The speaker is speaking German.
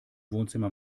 wohnzimmer